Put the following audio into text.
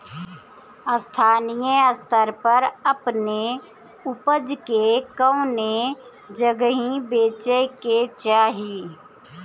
स्थानीय स्तर पर अपने ऊपज के कवने जगही बेचे के चाही?